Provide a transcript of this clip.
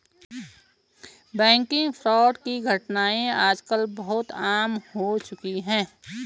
banking fraud की घटनाएं आज कल बहुत आम हो चुकी है